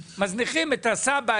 את הסבא,